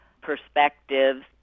perspectives